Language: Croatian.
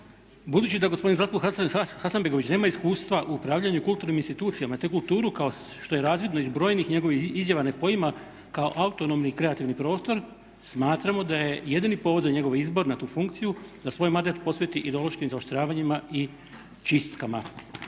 Budući da gospodin Zlatko Hasanbegović nema iskustva u upravljanju kulturnim institucijama te kulturu kao što je razvidno iz brojnih njegovih izjava ne poima kao autonomni i kreativni prostor smatramo da je jedini povod za njegov izbor na tu funkciju da svoj mandat posveti ideološkim zaoštravanjima i čistkama.